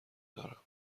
دارم